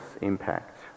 impact